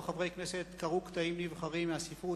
חברי כנסת קראו קטעים נבחרים מהספרות,